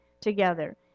together